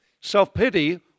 Self-pity